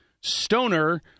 stoner